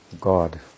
God